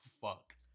fuck